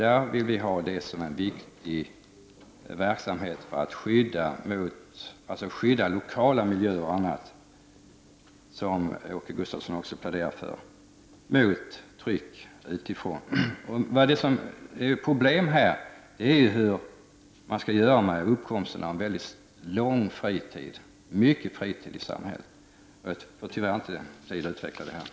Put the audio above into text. Vi vill att det skall vara en viktig verksamhet för att skydda lokala miljöer m.m., som Åke Gustavsson också pläderar för, mot tryck utifrån. Problemet är hur man skall göra med uppkomsten av en mycket lång fritid i samhället, vilket jag tyvärr inte har tid att utveckla nu.